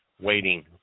waiting